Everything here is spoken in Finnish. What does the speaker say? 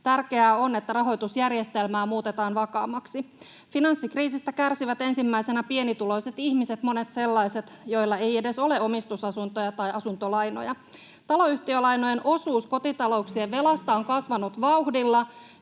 Tärkeää on, että rahoitusjärjestelmää muutetaan vakaammaksi. Finanssikriisistä kärsivät ensimmäisenä pienituloiset ihmiset, monet sellaiset, joilla ei edes ole omistusasuntoja tai asuntolainoja. Taloyhtiölainojen osuus kotitalouksien velasta on kasvanut vauhdilla,